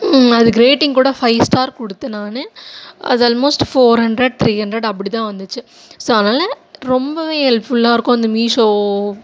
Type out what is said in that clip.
அதுக்கு ரேட்டிங் கூட five star கொடுத்தேன் நான் அது almost four hundred three hundred அப்படிதான் வந்துச்சு ஸோ அதனால் ரொம்பவே ஹெல்ப்ஃபுல்லாக இருக்கும் அந்த மீஷோ